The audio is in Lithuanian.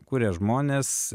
kuria žmonės